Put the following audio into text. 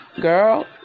Girl